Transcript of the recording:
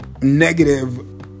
negative